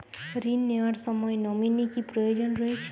ঋণ নেওয়ার সময় নমিনি কি প্রয়োজন রয়েছে?